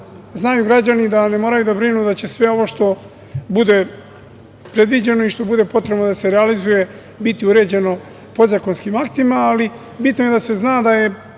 znaju građani da ne moraju da brinu da će sve ovo što bude predviđeno i što bude potrebno da se realizuje biti uređeno podzakonskim aktima, ali bitno je da se zna da je